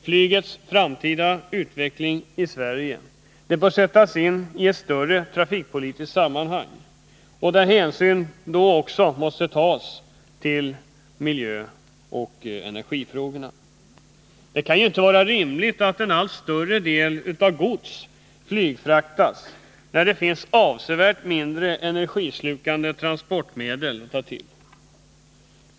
Flygets framtida utveckling i Sverige bör sättas in i ett större trafikpolitiskt sammanhang, där hänsyn måste tas till miljöoch energifrågorna. Det kan inte vara rimligt att en större del av gods flygfraktas när det finns avsevärt mindre energislukande transportmedel.